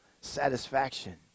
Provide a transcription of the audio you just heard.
satisfaction